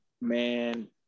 man